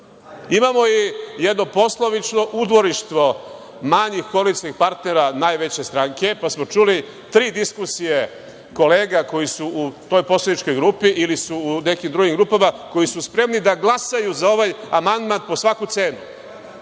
i jedno poslovično udvorištvo manjih koalicionih partnera najveće stranke, pa smo čuli tri diskusije kolega koji su u toj poslaničkoj grupi ili su u nekim drugim grupama, a koji su spremni da glasaju za ovaj amandman po svaku cenu.